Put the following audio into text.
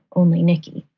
only nikki.